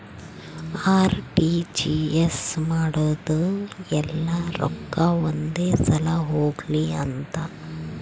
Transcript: RTGS ಮಾಡೋದು ಯೆಲ್ಲ ರೊಕ್ಕ ಒಂದೆ ಸಲ ಹೊಗ್ಲಿ ಅಂತ